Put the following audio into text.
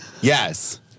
yes